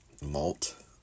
malt